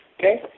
okay